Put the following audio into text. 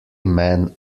men